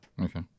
Okay